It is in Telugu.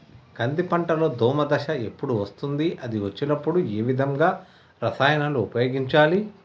కంది పంటలో దోమ దశ ఎప్పుడు వస్తుంది అది వచ్చినప్పుడు ఏ విధమైన రసాయనాలు ఉపయోగించాలి?